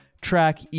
track